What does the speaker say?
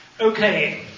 Okay